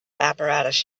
apparatus